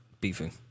beefing